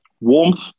warmth